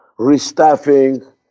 restaffing